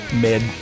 mid